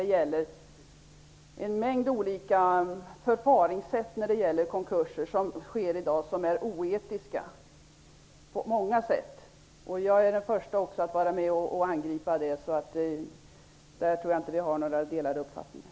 Det förekommer i dag en mängd konkurser som är oetiska på många olika sätt. Jag är också den första att angripa detta, så på den punkten tror jag inte att vi har några delade uppfattningar.